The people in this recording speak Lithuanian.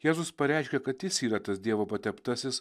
jėzus pareiškia kad jis yra tas dievo pateptasis